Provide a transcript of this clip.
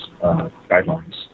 guidelines